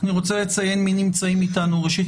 אני רוצה לציין מי נמצאים איתנו: ראשית,